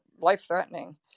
life-threatening